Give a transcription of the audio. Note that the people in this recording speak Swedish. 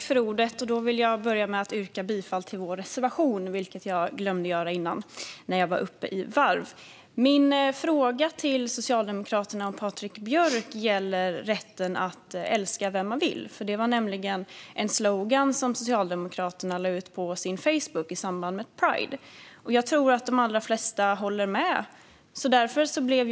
Fru talman! Jag vill börja med att yrka bifall till vår reservation. Jag glömde att göra det tidigare, när jag var uppe i varv. Min fråga till Socialdemokraterna och Patrik Björck gäller rätten att älska vem man vill. Det var nämligen en slogan som Socialdemokraterna lade ut på Facebook i samband med pride. Jag tror att de allra flesta håller med om att den rätten ska finnas.